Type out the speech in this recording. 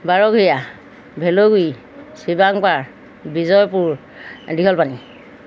Barghoria Bhelouguri Sibangpar Bijoypur Dighalpani